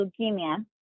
leukemia